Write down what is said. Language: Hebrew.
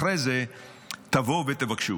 אחרי זה תבואו ותבקשו.